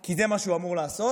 כי זה מה שהוא אמור לעשות,